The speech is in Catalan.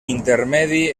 intermedi